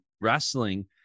wrestling